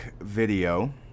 video